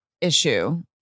issue